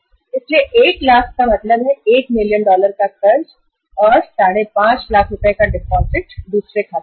तो इसका मतलब है 10 लाख डॉलर का ऋण और 5 लाख रुपए की जमा दूसरे खाते में